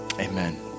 Amen